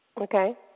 Okay